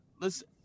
listen